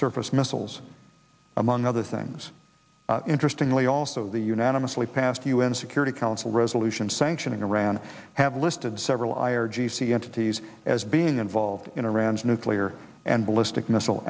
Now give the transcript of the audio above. surface missiles among other things interestingly also the unanimously passed u n security council resolution sanctioning iran have listed several ayer g c entities as being involved in iran's nuclear and ballistic missile